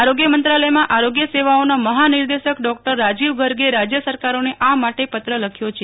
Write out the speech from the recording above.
આરોગ્ય મંત્રાલયમાં આરોગ્ય સેવાઓના મહાનિદેશક ડોકટર રાજીવ ગર્ગે રાજય સરકારોને આ માટે પત્ર લખ્યો છે